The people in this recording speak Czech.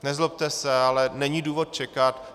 Nezlobte, ale není důvod čekat.